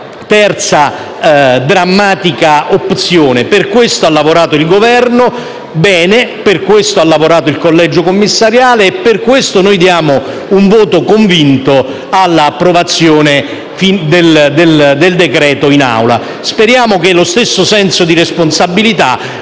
terza drammatica opzione. Per questo ha lavorato il Governo, e bene. Per questo ha lavorato il collegio commissariale e per questo noi diamo un voto convinto all'approvazione del provvedimento. Speriamo che lo stesso senso di responsabilità,